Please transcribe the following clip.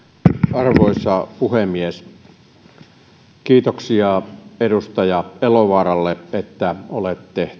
arvoisa puhemies kiitoksia edustaja elovaaralle että olette